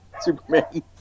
Superman